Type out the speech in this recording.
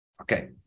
Okay